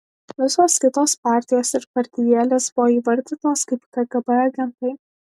visos kitos partijos ir partijėlės buvo įvardytos kaip kgb agentai